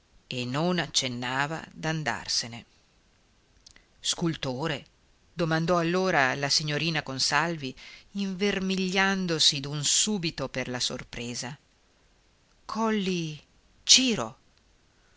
e non accennava d'andarsene scultore domandò allora la signorina consalvi invermigliandosi d'un subito per la sorpresa colli ciro